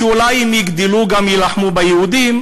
שאולי אם יגדלו גם יילחמו ביהודים,